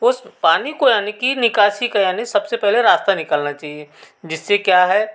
उस पानी को क्या है निकासी का सबसे पहले रास्ता निकालना चहिए जिससे क्या है